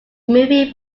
movie